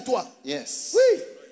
yes